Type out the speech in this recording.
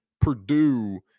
Purdue